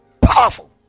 Powerful